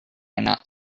not